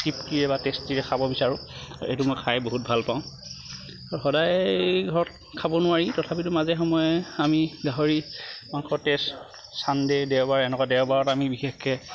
তৃপ্তিৰে বা টেষ্টিৰে খাব বিচাৰোঁ এইটো মই খাই বহুত ভাল পাওঁ সদায় ঘৰত খাব নোৱাৰি তথাপিতো মাজে সময়ে আমি গাহৰি মাংসৰ টেষ্ট ছানডে' দেওবাৰে এনেকুৱা দেওবাৰত আমি বিশেষকে